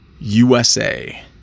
USA